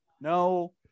No